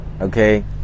Okay